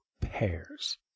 pairs